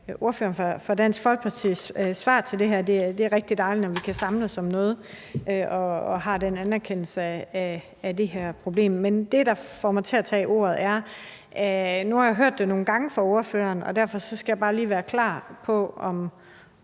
ordføreren fra Dansk Folkepartis svar til det her – det er rigtig dejligt, når vi kan samles om noget og har den anerkendelse af det her problem. Men det, der får mig til at tage ordet, er, at jeg nu har hørt det fra ordføreren nogle gange, og derfor skal jeg bare lige være klar på, om